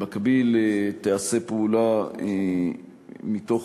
במקביל תיעשה פעולה מתוך